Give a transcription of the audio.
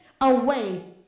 away